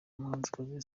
umuhanzikazi